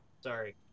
Sorry